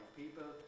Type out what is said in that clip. people